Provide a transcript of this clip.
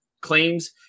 claims